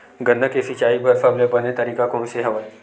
गन्ना के सिंचाई बर सबले बने तरीका कोन से हवय?